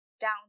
down